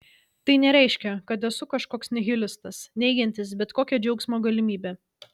tai nereiškia kad esu kažkoks nihilistas neigiantis bet kokią džiaugsmo galimybę